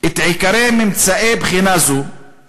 "את עיקרי ממצאי בחינה זו